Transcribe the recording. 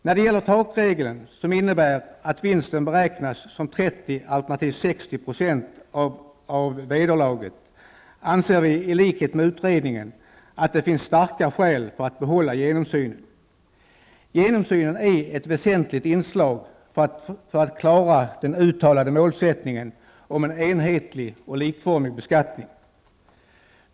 När det gäller takregeln, som innebär att vinsten beräknas som 30 alternativt 60 % av vederlaget, anser vi i likhet med utredningen att det finns starka skäl för att behålla genomsynen. Genomsynen är ett väsentligt inslag för att klara den uttalade målsättningen om en enhetlig och likformig beskattning.